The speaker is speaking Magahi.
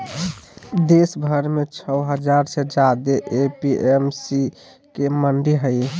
देशभर में छो हजार से ज्यादे ए.पी.एम.सी के मंडि हई